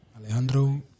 Alejandro